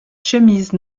chemises